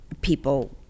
people